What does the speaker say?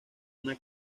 una